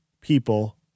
people